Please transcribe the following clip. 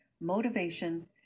motivation